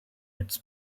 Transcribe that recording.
its